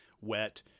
wet